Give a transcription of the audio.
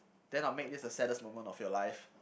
then I will make this the saddest moment of your life